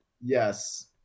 Yes